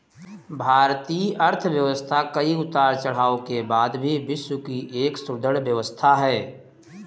भारतीय अर्थव्यवस्था कई उतार चढ़ाव के बाद भी विश्व की एक सुदृढ़ व्यवस्था है